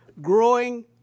growing